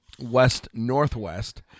west-northwest